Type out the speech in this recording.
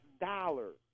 dollars